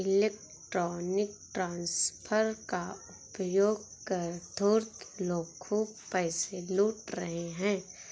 electronic transfer का उपयोग कर धूर्त लोग खूब पैसे लूट रहे हैं